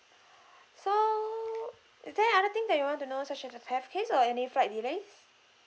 so is there other thing that you want to know such as the theft case or any flight delay